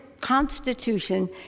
Constitution